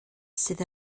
sydd